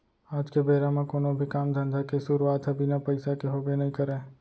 आज के बेरा म कोनो भी काम धंधा के सुरूवात ह बिना पइसा के होबे नइ करय